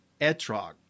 Etrog